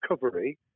recovery